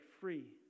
free